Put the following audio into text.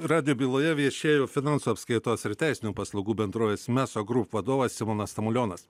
radijo byloje viešėjo finansų apskaitos ir teisinių paslaugų bendrovės meso group vadovas simonas tamuliois